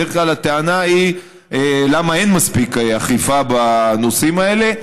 בדרך כלל הטענה היא למה אין מספיק אכיפה בנושאים האלה.